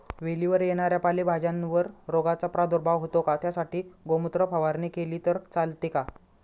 वेलीवर येणाऱ्या पालेभाज्यांवर रोगाचा प्रादुर्भाव होतो का? त्यासाठी गोमूत्र फवारणी केली तर चालते का?